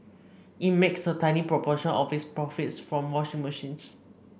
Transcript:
it makes a tiny proportion of its profits from washing machines